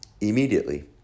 immediately